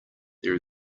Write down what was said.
there